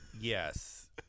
yes